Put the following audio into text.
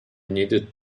needed